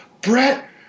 Brett